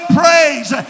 praise